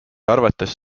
arvates